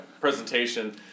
presentation